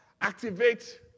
activate